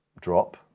drop